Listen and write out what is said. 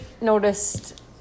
noticed